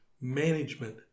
management